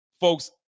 folks